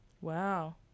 Wow